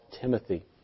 Timothy